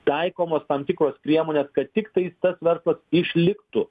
taikomos tam tikros priemonės kad tiktais tas verslas išliktų